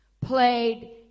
played